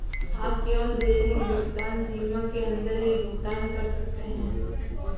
आप केवल दैनिक भुगतान सीमा के अंदर ही भुगतान कर सकते है